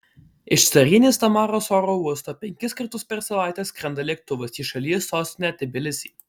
iš carienės tamaros oro uosto penkis kartus per savaitę skrenda lėktuvas į šalies sostinę tbilisį